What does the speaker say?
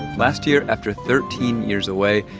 last year, after thirteen years away,